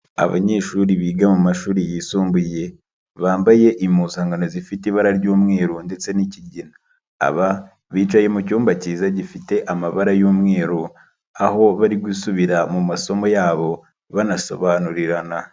Abanyeshuri biga mu mashuri yisumbuye bambaye impuzankano zifite ibara ry'umweru ndetse n'ikigina, aba bicaye mucyumba cyiza gifite amabara y'umweru aho bari gusubira mu masomo yabo banasobanurirana.